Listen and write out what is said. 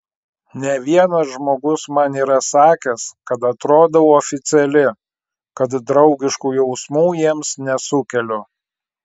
ne vienas žmogus man yra sakęs kad atrodau oficiali kad draugiškų jausmų jiems nesukeliu